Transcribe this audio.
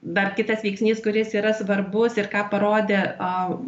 dar kitas veiksnys kuris yra svarbus ir ką parodė a